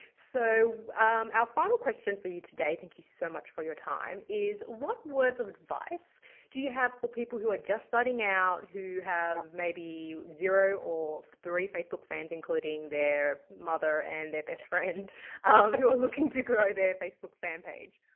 so our final question for you today, thank you so much for your time is what words of advice do you have people who are just starting out who have maybe zero or three facebook fans including their mother and their bestfriend but who are looking to grow their facebook fan page?